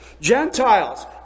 Gentiles